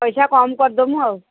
ପଇସା କମ୍ କରିଦେବୁ ଆଉ